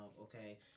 okay